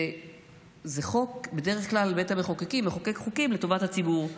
בדרך כלל בית המחוקקים מחוקק חוקים לטובת הציבור,